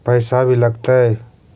पैसा भी लगतय?